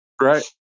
Right